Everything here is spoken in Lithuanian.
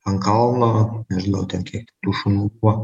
ant kalno nežinau ten kiek tų šunų buvo